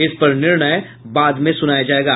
इस पर निर्णय बाद में सुनाया जाएगा